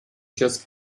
just